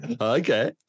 Okay